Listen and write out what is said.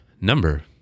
number